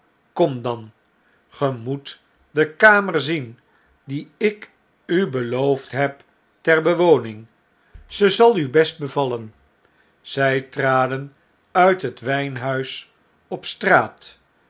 kom dan ge moet de kamer zien dieiku beloofd heb ter bewoning ze zalu best bevallen zjj traden uit het wgnhuis op straat